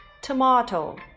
Tomato